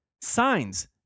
Signs